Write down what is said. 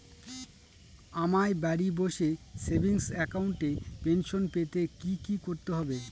আমায় বাড়ি বসে সেভিংস অ্যাকাউন্টে পেনশন পেতে কি কি করতে হবে?